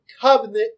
covenant